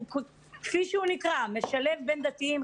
כפי שהוא נקרא משלב בין דתיים,